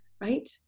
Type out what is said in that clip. right